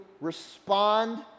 respond